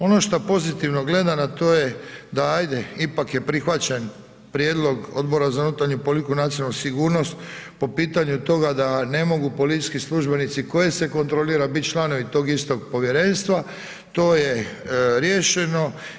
Ono što pozitivno gleda na to je da ajde ipak je prihvaćen Prijedlog odbora za unutarnju politiku i nacionalnu sigurnost po pitanju toga da ne mogu policijski službenici koje se kontrolira biti članovi tog istog povjerenstva, to je riješeno.